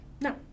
no